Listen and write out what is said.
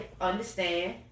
Understand